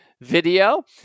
video